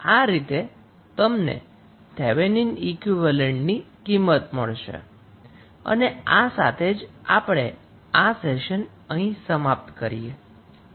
આ રીતે તમને થેવેનિન ઈક્વીવેલેન્ટની કિંમત મળશે અને આ સાથે જ આપણે આ સેશન અહીં સમાપ્ત કરીએ છીએ